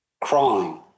crawling